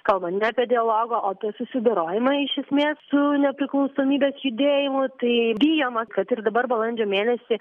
kalba ne apie dialogą o apie susidorojimą iš esmės su nepriklausomybės judėjimu tai bijoma kad ir dabar balandžio mėnesį